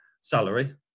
salary